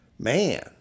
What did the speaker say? Man